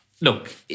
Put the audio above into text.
look